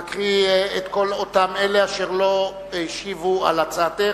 בעד להקריא את כל אלה אשר לא השיבו על הצעתך.